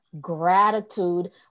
Gratitude